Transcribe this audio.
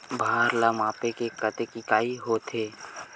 भार ला मापे के कतेक इकाई होथे?